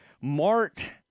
Mart